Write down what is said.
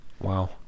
Wow